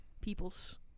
people's